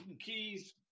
keys